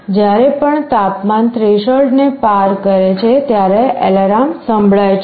જ્યારે પણ તાપમાન થ્રેશોલ્ડને પાર કરે છે ત્યારે એલાર્મ સંભળાય છે